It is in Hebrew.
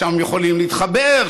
שם הם יכולים להתחבר,